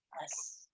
yes